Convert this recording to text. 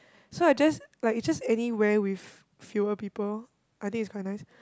so I just like it's just anywhere with fewer people I think it's quite nice